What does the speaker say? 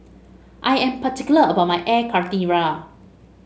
I am particular about my Air Karthira